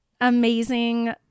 amazing